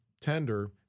tender